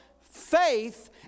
faith